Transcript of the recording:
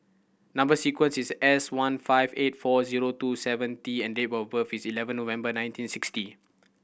number sequence is S one five eight four zero two seven T and date of birth is eleven November nineteen sixty